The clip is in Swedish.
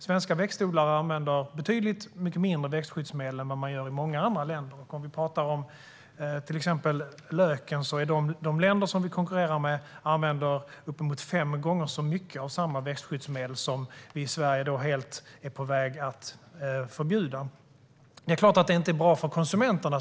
Svenska växtodlare använder betydligt mycket mindre växtskyddsmedel än vad man gör i många andra länder. Om vi pratar om till exempel löken använder de länder som vi konkurrerar med uppemot fem gånger så mycket av samma växtskyddsmedel som vi i Sverige är på väg att helt förbjuda. Det är klart att detta inte är bra för konsumenterna.